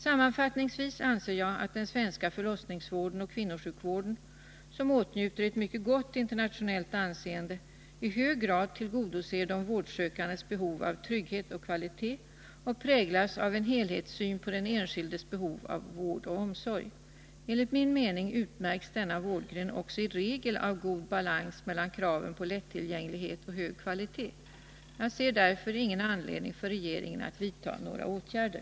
Sammanfattningsvis anser jag att den svenska förlossningsvården och kvinnosjukvården — som'åtnjuter ett mycket gott internationellt anseende —i hög grad tillgodoser de vårdsökandes behov av trygghet och kvalitet och präglas av en helhetssyn på den enskildes behov av vård och omsorg. Enligt min mening utmärks denna vårdgren också i regel av en god balans mellan kraven på lättillgänglighet och hög kvalitet. Jag ser därför ingen anledning för regeringen att vidta några åtgärder.